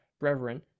reverend